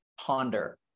ponder